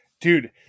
dude